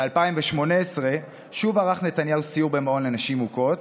ב-2018 שוב ערך נתניהו סיור במעון לנשים מוכות,